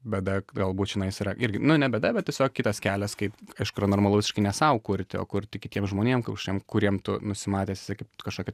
bėda galbūt čionais yra irgi nu ne bėda bet tiesiog kitas kelias kaip aišku yra normalu visiškai ne sau kurti o kurti kitiem žmonėm kažkokiem kuriem tu nusimatęs esi kaip kažkokį